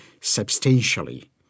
substantially